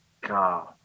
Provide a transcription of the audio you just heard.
God